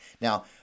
Now